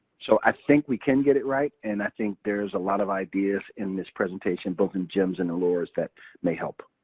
so i think we can get it right. and i think there's a lot of ideas in this presentation both in jim's and in laura's that may help.